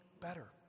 better